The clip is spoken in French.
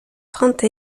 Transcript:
trente